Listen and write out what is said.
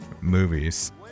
movies